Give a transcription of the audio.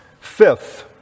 Fifth